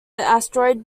asteroid